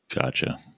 Gotcha